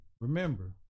remember